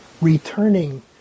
returning